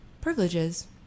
privileges